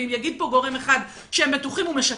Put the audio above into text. ואם יגיד פה גורם אחד שהם בטוחים, הוא משקר.